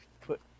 put